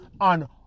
on